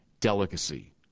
delicacy